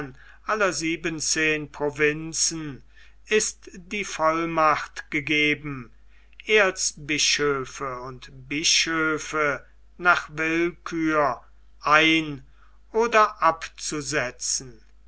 aller siebenzehn provinzen ist die vollmacht gegeben erzbischöfe und bischöfe nach willkür ein oder abzusetzen